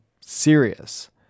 serious